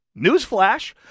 newsflash